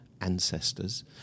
ancestors